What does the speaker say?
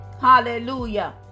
hallelujah